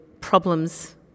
problems